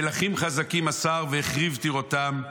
מלכים חזקים אסר והחריב טירותם,